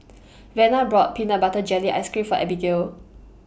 Vena brought Peanut Butter Jelly Ice Cream For Abigail